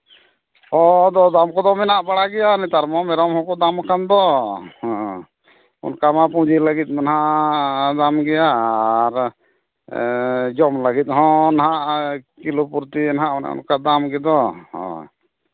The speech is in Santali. ᱦᱳᱭ ᱟᱫᱚ ᱫᱟᱢ ᱠᱚᱫᱚ ᱢᱮᱱᱟᱜ ᱵᱟᱲᱟ ᱜᱮᱭᱟ ᱱᱮᱛᱟᱨ ᱢᱟ ᱢᱮᱨᱚᱢ ᱦᱚᱸᱠᱚ ᱫᱟᱢ ᱟᱠᱟᱱ ᱫᱚ ᱦᱮᱸ ᱚᱱᱠᱟ ᱢᱟ ᱯᱩᱸᱡᱤ ᱞᱟᱹᱜᱤᱫ ᱫᱚ ᱢᱟ ᱦᱟᱸᱜ ᱫᱟᱢ ᱜᱮᱭᱟ ᱟᱨ ᱡᱚᱢ ᱞᱟᱹᱜᱤᱫ ᱦᱚᱸ ᱱᱟᱦᱟᱸᱜ ᱠᱤᱞᱳ ᱯᱨᱚᱛᱤ ᱦᱟᱸᱜ ᱚᱱᱮ ᱚᱱᱠᱟ ᱫᱟᱢ ᱜᱮᱫᱚ ᱦᱮᱸ